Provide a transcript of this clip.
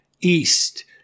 East